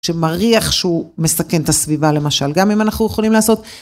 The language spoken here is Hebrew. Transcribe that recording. שמריח שהוא מסכן את הסביבה למשל, גם אם אנחנו יכולים לעשות.